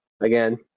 again